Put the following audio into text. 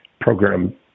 program